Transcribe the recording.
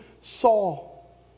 Saul